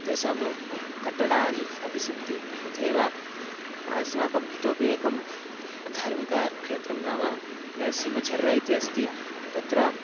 तेषां कट्टडानि अपि सन्ति तथैव अस्माकम् इतोपि एकं धार्मिकक्षेत्रं नाम नरसिंह झर्रा इति अस्ति तत्र